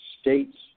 States